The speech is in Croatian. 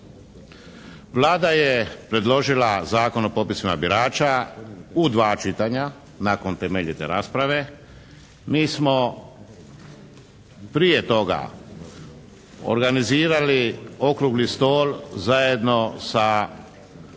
Vlada je predložila Zakon o popisima birača u dva čitanja, nakon temeljite rasprave. Mi smo prije toga organizirali okrugli stol zajedno sa misijom